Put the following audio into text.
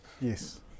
Yes